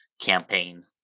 campaign